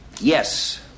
Yes